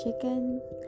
chicken